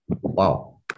Wow